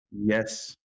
yes